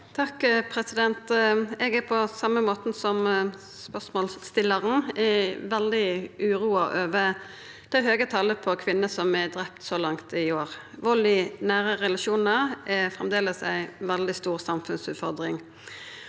Toppe Eg er, på same måten som spørsmålsstillaren, veldig uroa over det høge talet på kvinner som er drepne så langt i år. Vald i nære relasjonar er framleis ei veldig stor samfunnsutfordring.